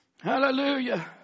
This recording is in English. Hallelujah